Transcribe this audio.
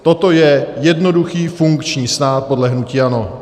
Toto je jednoduchý funkční stát podle hnutí ANO.